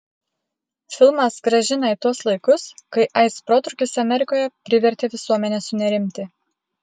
filmas grąžina į tuos laikus kai aids protrūkis amerikoje privertė visuomenę sunerimti